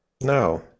No